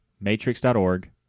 Matrix.org